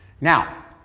now